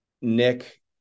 Nick